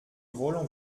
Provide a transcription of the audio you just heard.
roland